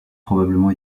probablement